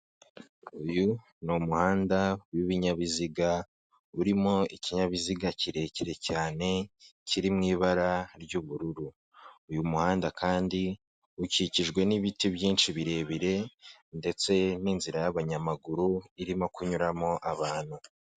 Uyu ni umuhanda w'ibinyabiziga urimo ikinyabiziga kirekire cyane kiri mu ibara ry'ubururu. Uyu muhanda kandi ukikijwe n'ibiti byinshi birebire ndetse n'inzira y'abanyamaguru irimo kunyuramo abantu.